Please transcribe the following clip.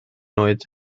oed